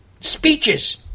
Speeches